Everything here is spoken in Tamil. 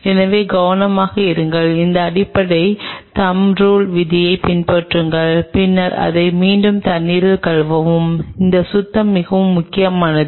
எனவே கவனமாக இருங்கள் இந்த அடிப்படை தம்ப் ரூல் விதிகளைப் பின்பற்றுங்கள் பின்னர் அதை மீண்டும் தண்ணீரில் கழுவவும் இந்த சுத்தம் மிகவும் முக்கியமானது